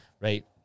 right